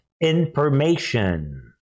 Information